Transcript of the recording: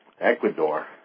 Ecuador